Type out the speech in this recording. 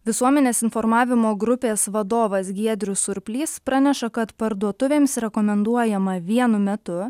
visuomenės informavimo grupės vadovas giedrius surplys praneša kad parduotuvėms rekomenduojama vienu metu